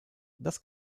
das